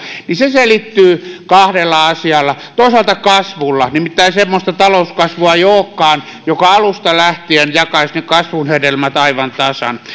selittyy kahdella asialla toisaalta kasvulla nimittäin semmoista talouskasvua ei olekaan joka alusta lähtien jakaisi ne kasvun hedelmät aivan tasan